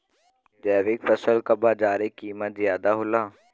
जैविक फसल क बाजारी कीमत ज्यादा होला